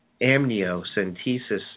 amniocentesis